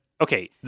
Okay